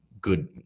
good